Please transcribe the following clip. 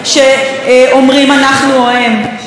אל מול זה הוא רוצה "אנחנו", את כולנו,